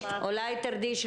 איתנו?